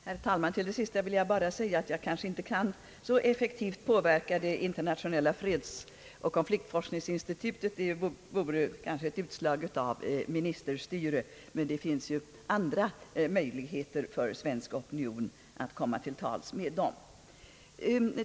Herr talman! Till det sista vill jag säga att jag nog inte kan så effektivt påverka det internationella fredsoch konfliktforskningsinstitutet. Att försöka göra det vore kanske ett utslag av ministerstyre. Men det finns ju andra möjligheter för den svenska opinionen att komma till tals med institutet.